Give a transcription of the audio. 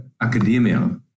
Academia